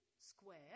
square